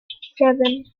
seven